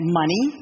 money